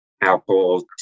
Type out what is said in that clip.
Apple